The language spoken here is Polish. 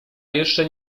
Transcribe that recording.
jeszcze